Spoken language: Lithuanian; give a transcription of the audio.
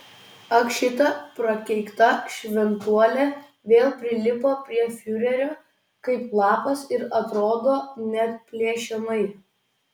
ak šita prakeikta šventuolė vėl prilipo prie fiurerio kaip lapas ir atrodo neatplėšiamai